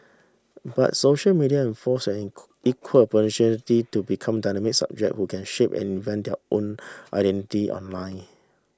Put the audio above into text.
but social media enforce an equal opportunity to become dynamic subjects who can shape and invent their own identity online